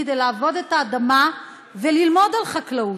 כדי לעבוד את האדמה וללמוד על חקלאות.